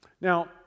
now